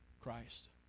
Christ